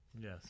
yes